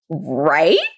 Right